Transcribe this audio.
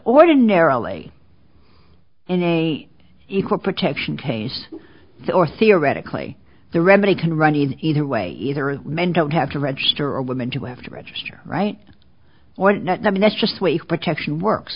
ordinarily in a equal protection case or theoretically the remedy can run either way either men don't have to register a woman to have to register right or i mean that's just way for protection works